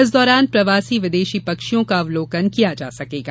इस दौरान प्रवासी विदेशी पक्षियों का अवलोकन किया जा सकेगा